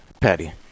Patty